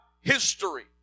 history